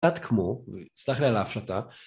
קצת כמו, סליחה לי על ההפשטה